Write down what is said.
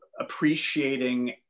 appreciating